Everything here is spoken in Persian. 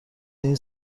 این